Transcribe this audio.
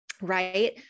right